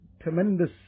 tremendous